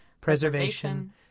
preservation